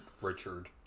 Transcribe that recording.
Richard